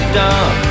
done